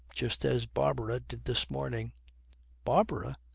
just as barbara did this morning barbara?